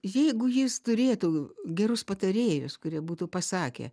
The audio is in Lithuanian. jeigu jis turėtų gerus patarėjus kurie būtų pasakę